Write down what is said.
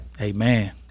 Amen